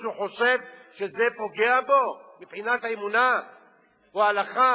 חושב שזה פוגע בו מבחינת האמונה או ההלכה?